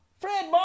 Fred